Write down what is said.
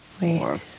Wait